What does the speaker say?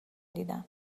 دیدم